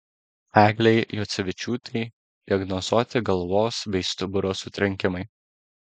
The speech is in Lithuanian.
eglei juocevičiūtei diagnozuoti galvos bei stuburo sutrenkimai